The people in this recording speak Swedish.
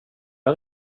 jag